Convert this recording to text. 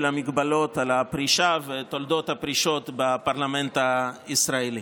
המגבלות על הפרישה ותולדות הפרישות בפרלמנט הישראלי.